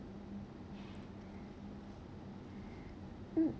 mm